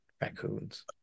raccoons